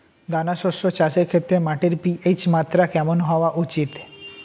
দানা শস্য চাষের ক্ষেত্রে মাটির পি.এইচ মাত্রা কেমন হওয়া উচিৎ?